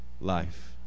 life